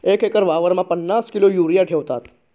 एक एकर वावरमा पन्नास किलो युरिया ठेवात